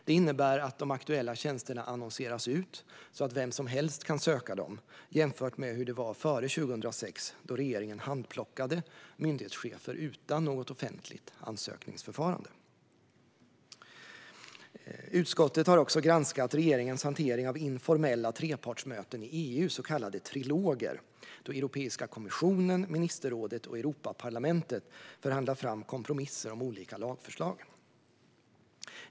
Det innebär att de aktuella tjänsterna annonseras ut, så att vem som helst kan söka dem. Det kan jämföras med hur det var före 2006, då regeringen handplockade myndighetschefer utan något offentligt ansökningsförfarande. Utskottet har också granskat regeringens hantering av informella trepartsmöten i EU, så kallade triloger, då Europeiska kommissionen, ministerrådet och Europaparlamentet förhandlar fram kompromisser i fråga om olika lagförslag.